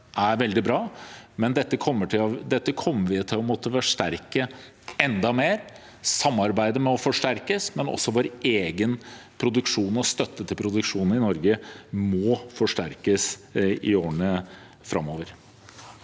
er veldig bra, men dette kommer vi til å måtte forsterke enda mer. Samarbeidet må forsterkes, men også vår egen produksjon og støtte til produksjon i Norge må forsterkes i årene framover.